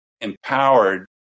empowered